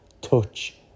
touch